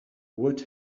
what